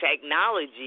technology